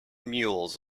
mules